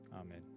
Amen